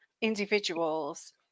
individuals